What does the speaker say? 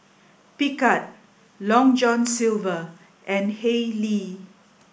Picard Long John Silver and Haylee